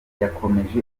yakomeje